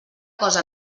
cosa